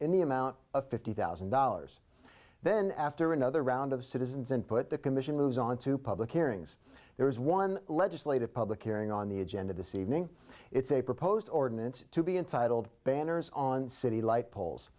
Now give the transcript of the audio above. the amount of fifty thousand dollars then after another round of citizens and put the commission moves on to public hearings there is one legislative public hearing on the agenda this evening it's a proposed ordinance to be entitled banners on city light poles